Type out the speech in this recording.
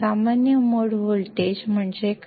सामान्य mode voltage म्हणजे काय